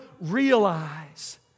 realize